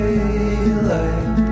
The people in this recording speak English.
Daylight